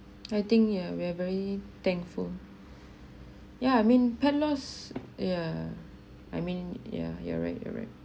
I think ya we're very thankful yeah I mean part of those yeah I mean yeah you're right you're right